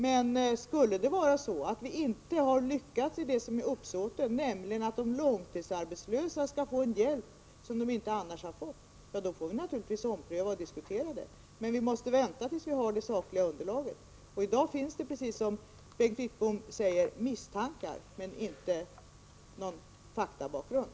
Men skulle det visa sig att vi inte har lyckats i det som är uppsåtet, nämligen att de långtidsarbetslösa skall få en hjälp som de annars inte skulle få, får vi naturligtvis ompröva och diskutera det. Vi måste dock vänta på det sakliga underlaget. I dag finns det, som Bengt Wittbom påpekar, misstankar men inte någon faktabakgrund.